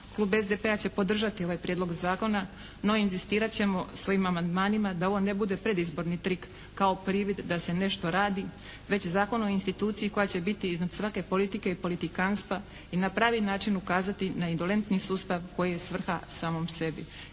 klub SDP-a će podržati ovaj Prijedlog zakona no inzistirat ćemo s ovim amandmanima da ovo ne bude predizborni trik kao privid da se nešto radi, već zakon o instituciji koja će biti iznad svake politike i politikanstva i na pravi način ukazati na indolentni sustav koji je svrha samom sebi.